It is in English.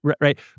right